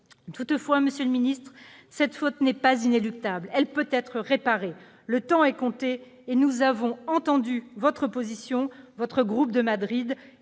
Toutefois, monsieur le ministre, cette faute n'est pas inéluctable. Elle peut être réparée. Le temps est compté. Nous avons entendu votre position. Il est grand